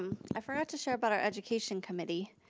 um i forgot to share about our education committee.